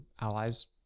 Allies